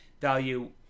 value